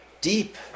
deep